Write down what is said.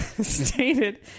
stated